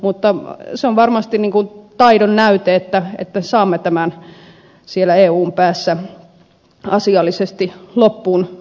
mutta se on varmasti taidonnäyte että saamme tämän siellä eun päässä asiallisesti loppuun vietyä